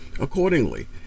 Accordingly